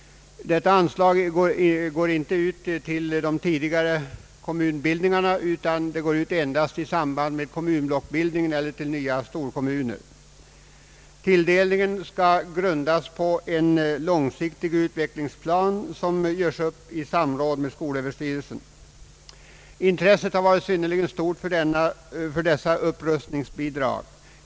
Det utgår inte till de tidigare kommunbildningarna utan endast i samband med kommunblocksbildning eller till nya storkommuner. Tilldelningen skall grundas på en långsiktig utvecklingsplan som görs upp i samråd med skolöverstyrelsen. Intresset för dessa upprustningsbidrag har varit synnerligen stort.